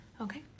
Okay